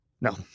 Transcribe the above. No